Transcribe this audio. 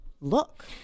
look